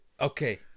Okay